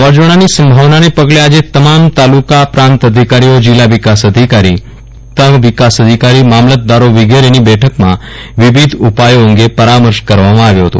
વાવાઝોડાની સંભાવનાને પગલે આજે તમામ તાલુકા પ્રાંત અધિકારીઓ જીલ્લા વિકાસ અધિકારી તાલુકા વિકાસ અધિકારીઓ મામલતદારો વિગેરેની બેઠકમાં વિવિધ ઉપાયો અંગે પરામર્શ કરવામાં આવ્યો હતો